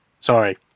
Sorry